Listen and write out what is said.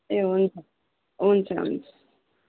ए हुन्छ हुन्छ हुन्छ